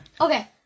Okay